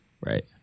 right